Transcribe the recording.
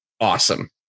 awesome